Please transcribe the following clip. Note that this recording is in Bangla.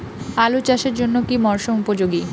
আলু চাষের জন্য কি মরসুম উপযোগী?